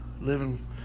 living